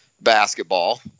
basketball